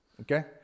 Okay